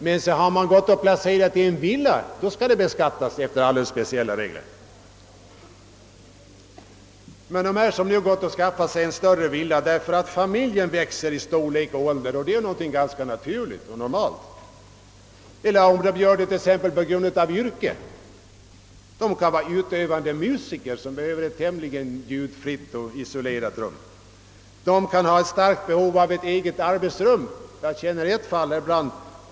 Men personer som har placerat pengar i en villa skall betala skatt efter alldeles speciella regler. En del villaägare har skaffat sig en större villa därför att familjemedlemmarna växer i ålder och antal, vilket ju är naturligt och normalt. Andra kanske har gjort det av yrkesskäl, t.ex. en utövande musiker som behöver ett ljudisolerat rum. Eller anledningen kan vara ett starkt behov av ett eget arbetsrum. Jag känner till ett sådant fall, herr Brandt.